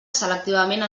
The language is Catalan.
selectivament